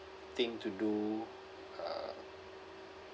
thing to do uh